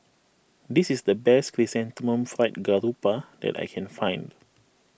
this is the best Chrysanthemum Fried Garoupa that I can find